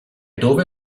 dove